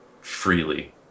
freely